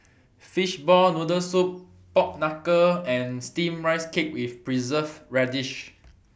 Fishball Noodle Soup Pork Knuckle and Steamed Rice Cake with Preserved Radish